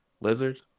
Lizard